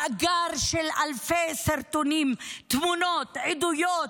מאגר של אלפי סרטונים, תמונות, עדויות,